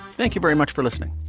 thank you very much for listening